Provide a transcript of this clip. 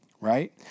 Right